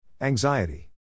Anxiety